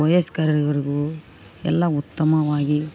ವಯಸ್ಕರರಿವರಿಗು ಎಲ್ಲ ಉತ್ತಮವಾಗಿ